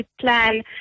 plan